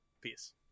Peace